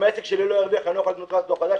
אם העסק שלי לא ירוויח אני לא אוכל לקנות טרקטור חדש,